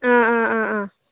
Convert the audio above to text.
ꯑꯥ ꯑꯥ ꯑꯥ ꯑꯥ